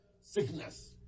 sickness